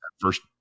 first